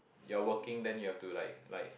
you are working then you have to like like